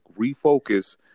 refocus